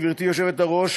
גברתי היושבת-ראש,